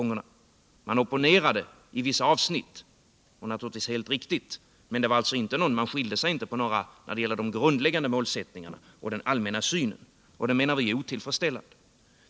De opponerade sig i - vissa avsnitt — naturligtvis helt riktigt — men det var ingen skillnad när det gällde de grundläggande målsättningarna och den allmänna synen, och det menar vi är otillfredsställande.